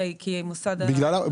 כי המוסד היה סגור?